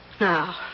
Now